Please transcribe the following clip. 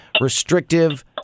restrictive